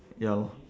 ya lor